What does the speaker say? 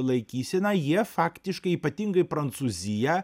laikyseną jie faktiškai ypatingai prancūzija